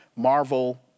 marvel